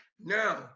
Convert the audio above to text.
Now